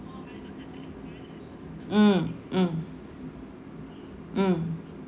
mm mm mm